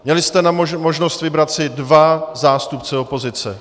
Měli jste možnost vybrat si dva zástupce opozice.